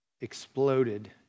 exploded